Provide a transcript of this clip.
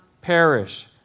perish